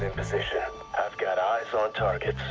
ah position. i've got eyes on targets.